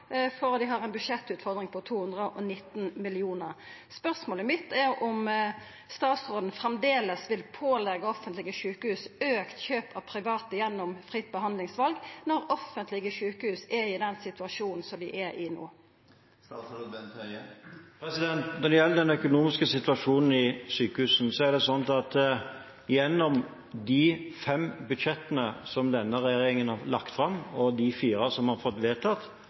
har ei budsjettutfordring på 219 mill. kr. Spørsmålet mitt er om statsråden framleis vil påleggja offentlege sjukehus auka kjøp frå private gjennom fritt behandlingsval når offentlege sjukehus er i den situasjonen som dei er i no. Når det gjelder den økonomiske situasjonen i sykehusene, er det slik at gjennom de fem budsjettene som denne regjeringen har lagt fram, og de fire som vi har fått vedtatt,